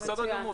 מצוין.